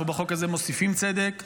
אנחנו בחוק הזה מוסיפים צדק,